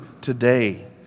today